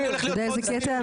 אתה יודע איזה קטע,